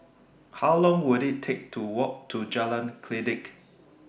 How Long Will IT Take to Walk to Jalan Kledek